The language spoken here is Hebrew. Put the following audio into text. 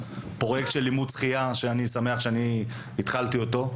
פרויקט של לימוד שחייה שאני שמח שאני התחלתי אותו.